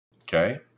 okay